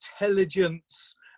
intelligence